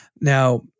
Now